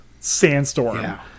sandstorm